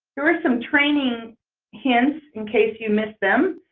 there were some training hints in case you missed them.